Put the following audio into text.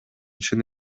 чын